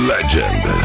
Legend